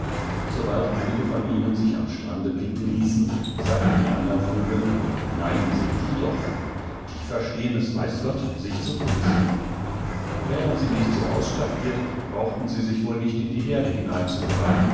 sobald einige von ihnen sich am strande blicken ließen sagten die andern vögel nein sehtdiedochan dieverstehenesweißgott sichzuputzen wären sie nicht so ausstaffiert brauchten sie sich wohl nicht in die erde hineinzugraben